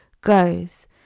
goes